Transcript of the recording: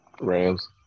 Rams